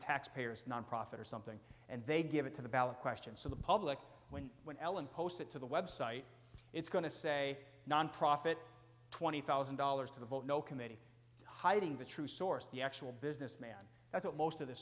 taxpayer's nonprofit or something and they give it to the ballot question so the public when when ellen post it to the website it's going to say nonprofit twenty thousand dollars to vote no committee hiding the true source the actual businessman that's what most of th